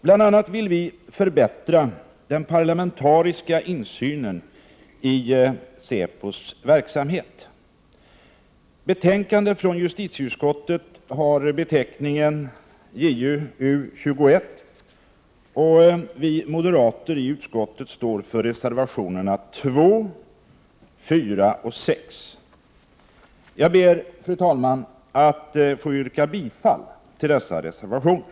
Bl.a. vill vi förbättra den parlamentariska insynen i säpos verksamhet. Det handlar alltså om justitieutskottets betänkande JuU21. Vi moderater i utskottet står för reservationerna 2, 4 och 6. Jag ber, fru talman, att få yrka bifall till dessa reservationer.